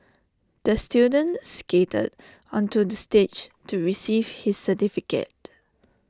the student skated onto the stage to receive his certificate